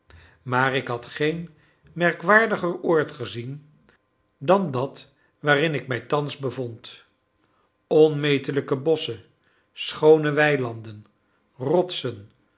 maar ik had geen merkwaardiger oord gezien dan dat waarin ik mij thans bevond onmetelijke bosschen schoone weilanden rotsen